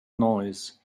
noise